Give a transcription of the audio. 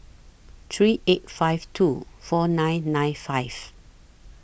three eight five two four nine nine five